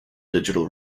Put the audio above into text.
digital